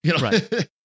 Right